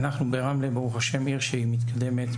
אנחנו ברמלה ברוך השם עיר שהיא מתקדמת,